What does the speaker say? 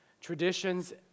traditions